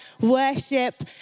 worship